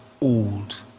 old